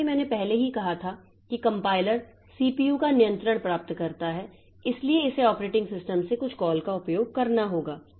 जैसा कि मैंने पहले ही कहा था कि कंपाइलर सीपीयू का नियंत्रण प्राप्त करता है इसलिए इसे ऑपरेटिंग सिस्टम से कुछ कॉल का उपयोग करना होगा